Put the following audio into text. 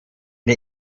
der